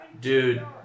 Dude